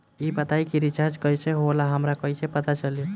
ई बताई कि रिचार्ज कइसे होला हमरा कइसे पता चली?